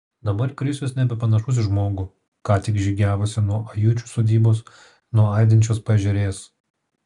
dabar krisius nebepanašus į žmogų ką tik žygiavusį nuo ajučių sodybos nuo aidinčios paežerės